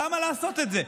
למה לעשות את זה?